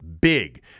Big